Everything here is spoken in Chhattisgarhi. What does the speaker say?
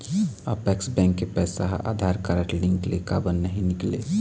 अपेक्स बैंक के पैसा हा आधार कारड लिंक ले काबर नहीं निकले?